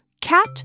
cat